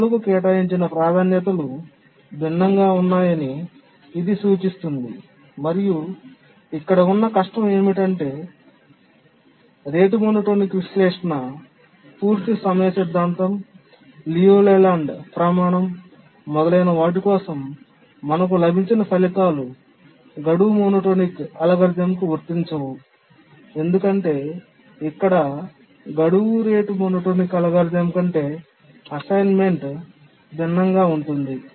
పనులకు కేటాయించిన ప్రాధాన్యతలు భిన్నంగా ఉన్నాయని ఇది సూచిస్తుంది మరియు ఇక్కడ ఉన్న కష్టం ఏమిటంటే రేటు మోనోటోనిక్ విశ్లేషణ పూర్తి సమయం సిద్ధాంతం లియు లేలాండ్ ప్రమాణం మొదలైన వాటి కోసం మనకు లభించిన ఫలితాలు గడువు మోనోటోనిక్ అల్గోరిథంకు వర్తించవు ఎందుకంటే ఇక్కడ గడువు రేటు మోనోటోనిక్ అల్గోరిథం కంటే అసైన్మెంట్ భిన్నంగా ఉంటుంది